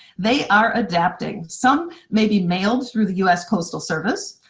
they are adapting, some may be mailed through the us postal service.